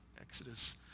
Exodus